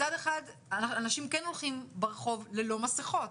מצד אחד אנשים כן הולכים ברחוב ללא מסכות,